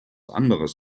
anderes